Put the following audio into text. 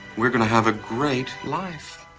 we're going to have a great life